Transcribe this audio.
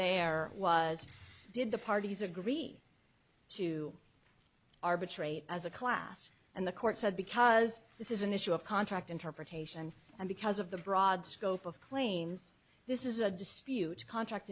there was did the parties agree to arbitrate as a class and the court said because this is an issue of contract interpretation and because of the broad scope of claims this is a dispute contract